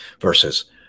versus